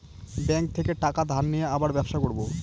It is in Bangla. ব্যাঙ্ক থেকে টাকা ধার নিয়ে আবার ব্যবসা করবো